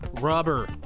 rubber